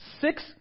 six